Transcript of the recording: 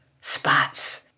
spots